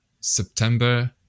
September